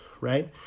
right